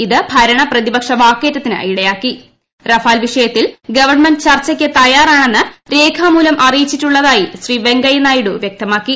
ഇത് ഭരണ പ്രതിപക്ഷ വാക്കേറ്റത്തിന് ഇടയാക്കി റഫാൽ വിഷയത്തിൽ ഗവൺമെന്റ് ചർച്ചയ്ക്ക് തയ്യാറാണെന്ന് രേഖാമൂലം അറിയിച്ചിട്ടുള്ളതായി ശ്രീ വെങ്കയ്യ നായിഡു വ്യക്തമാക്കി